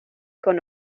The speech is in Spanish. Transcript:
con